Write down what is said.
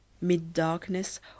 Mid-darkness